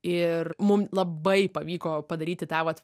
ir mum labai pavyko padaryti tą vat